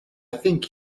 think